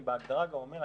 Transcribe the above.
אני בהגדרה כבר אומר,